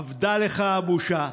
אבדה לך הבושה.